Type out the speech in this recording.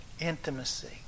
Intimacy